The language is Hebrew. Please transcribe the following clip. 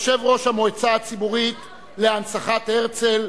יושב-ראש המועצה הציבורית להנצחת זכרו של הרצל,